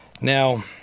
Now